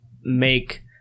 make